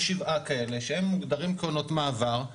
יש שבעה כאלה שהם מוגדרים כעונות מעבר,